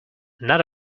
not